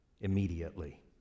immediately